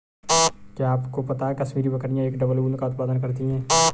क्या आपको पता है कश्मीरी बकरियां एक डबल ऊन का उत्पादन करती हैं?